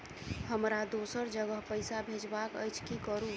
हमरा दोसर जगह पैसा भेजबाक अछि की करू?